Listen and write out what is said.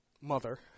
mother